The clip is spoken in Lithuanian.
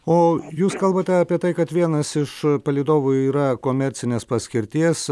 o jūs kalbate apie tai kad vienas iš palydovų yra komercinės paskirties